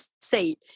say